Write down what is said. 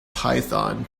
python